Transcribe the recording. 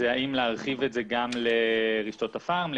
אם להרחיב את זה גם לרשתות הפארם,